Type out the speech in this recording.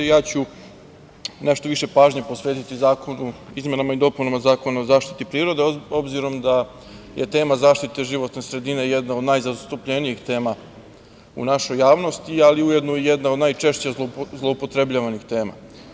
Ja ću nešto više pažnje posvetiti izmenama i dopunama Zakona o zaštiti prirode, obzirom da je tema zaštite životne sredine jedan od najzastupljenijih tema u našoj javnosti, ali i ujedno jedna od najčešće zloupotrebljavanih tema.